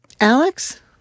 Alex